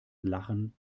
lachen